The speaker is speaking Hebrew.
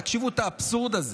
תקשיבו את האבסורד הזה.